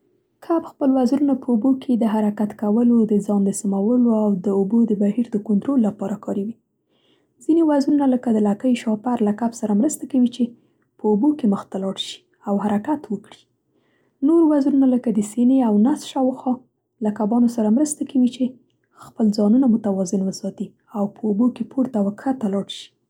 کب خپل وزرونه په اوبو کې د حرکت کولو، د خپل ځان د سمولو او د اوبو د بهیر د کنټرول لپاره کاروي. ځینې وزرونه، لکه د لکۍ شاپر له کب سره مرسته کوي چې په اوبو کې مخ ته لاړ شي او حرکت وکړي. نور وزرونه، لکه د سینې او نس شاوخوا له کبانو سره مرسته کوي، چې خپل ځانونه متوازن وساتي او په اوبو کې پورته او ښکته لاړ شي.